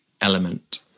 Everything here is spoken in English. element